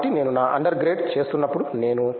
కాబట్టి నేను నా అండర్ గ్రేడ్ చేస్తున్నప్పుడు నేను